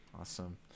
Awesome